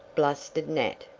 blustered nat,